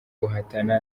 guhatana